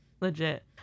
legit